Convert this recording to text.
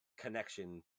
connection